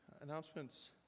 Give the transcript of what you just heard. announcements